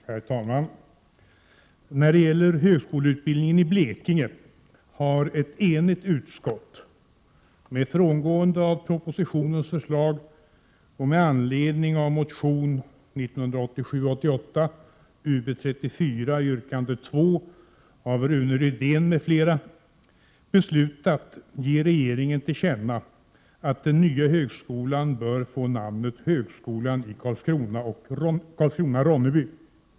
Herr talman! När det gäller högskoleutbildningen i Blekinge har ett enigt utskott — med frångående av propositionens förslag och med anledning av motion 1987/88:Ub34 yrkande 2 av Rune Rydén m.fl. — beslutat ge regeringen till känna att den nya högskolan bör få namnet Högskolan i Karlskrona-Ronneby.